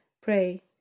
pray